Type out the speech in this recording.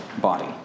body